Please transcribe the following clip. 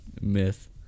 myth